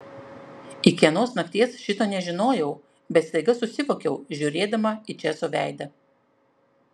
iki anos nakties šito nežinojau bet staiga susivokiau žiūrėdama į česo veidą